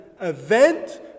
event